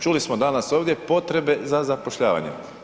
Čuli smo danas ovdje potrebe za zapošljavanjem.